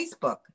Facebook